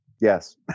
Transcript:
Yes